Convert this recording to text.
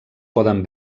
poden